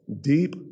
deep